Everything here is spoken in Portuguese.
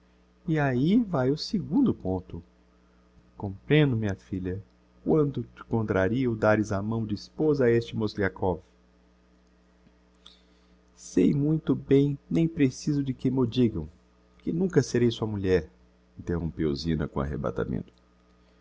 e ahi vae o segundo ponto comprehendo minha filha quanto te contraría o dares a mão de esposa a este mozgliakov sei muito bem nem preciso de que m'o digam que nunca serei sua mulher interrompeu zina com arrebatamento